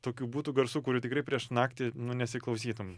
tokių būtų garsų kurių tikrai prieš naktį nu nesiklausytum